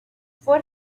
fue